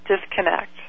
disconnect